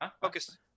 focus